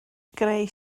greu